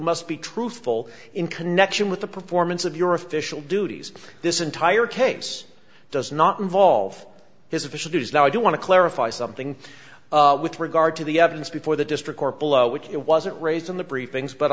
must be truthful in connection with the performance of your official duties this entire case does not involve his official duties though i do want to clarify something with regard to the evidence before the district court below which it wasn't raised in the briefings but